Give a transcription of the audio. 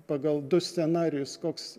pagal du scenarijus koks